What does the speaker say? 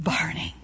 burning